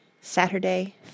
Saturday